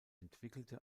entwickelte